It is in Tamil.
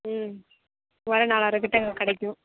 மூவாயிரம் நாலாயிரம் கிட்ட கிடைக்கும்